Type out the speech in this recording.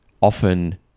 often